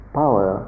power